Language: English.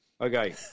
okay